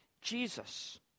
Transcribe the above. Jesus